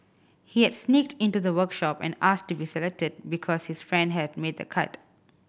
he had sneaked into the workshop and asked to be selected because his friend had made the cut